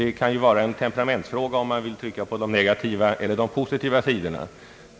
Det kan vara en temperamentsfråga om man vill trycka på de negativa eller positiva sidorna.